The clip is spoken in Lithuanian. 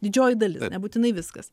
didžioji dalis nebūtinai viskas